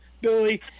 Billy